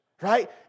right